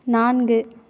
நான்கு